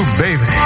baby